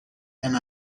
and